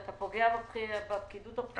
אתה פוגע בפקידות הבכירה...